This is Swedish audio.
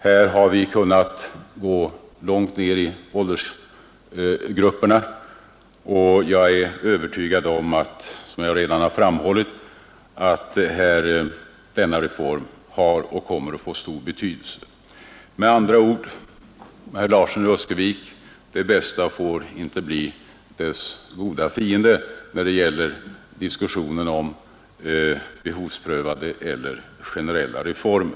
Här har vi kunnat gå långt ner i åldersgrupperna, och jag är övertygad om, som jag redan har framhållit, att denna reform har och kommer att få stor betydelse. Med andra ord, herr Larsson i Öskevik, det bästa får inte bli det godas fiende när det gäller diskussionen om behovsprövade eller generella reformer.